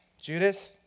Judas